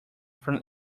from